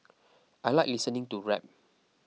I like listening to rap